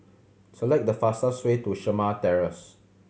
select the fastest way to Shamah Terrace